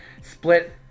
split